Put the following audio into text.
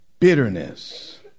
bitterness